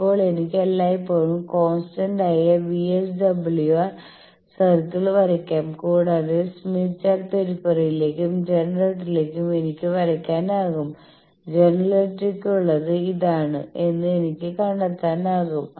ഇപ്പോൾ എനിക്ക് എല്ലായ്പ്പോഴും കോൺസ്റ്റന്റ് ആയ VSWR സർക്കിളൾ വരയ്ക്കാം കൂടാതെ സ്മിത്ത് ചാർട്ട് പെരിഫെറിയിലെക്കും ജനറേറ്ററിലേക്കും എനിക്ക് വരയ്ക്കാനാകും ജനറേറ്ററിലേക്കുള്ളത് ഇതാണ് എന്ന് എനിക്ക് കണ്ടെത്താനാകും